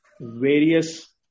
various